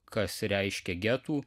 kas reiškia getų